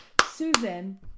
Susan